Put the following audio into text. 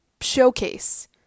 showcase